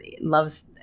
loves –